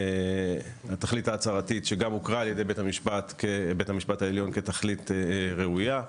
התכלית ההצהרתית שגם הוכרה על ידי בית המשפט העליון כתכלית ראויה,